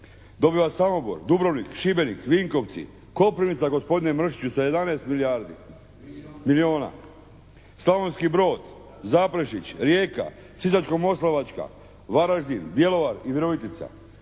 Dobiva Samobor, Dubrovnik, Šibenik, Vinkovci. Koprivnica gospodine Mršiću, sa 11 milijardi. …/Upadica: Milijuna./… Milijuna. Slavonski Brod, Zaprešić, Rijeka, Sisačko-moslavačka, Varaždin, Bjelovar i Virovitica.